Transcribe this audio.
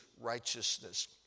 righteousness